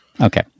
Okay